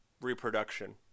reproduction